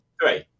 three